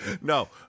No